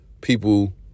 people